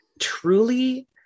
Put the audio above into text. truly